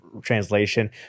translation